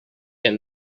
him